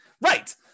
Right